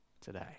today